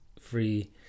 free